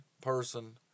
person